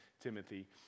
Timothy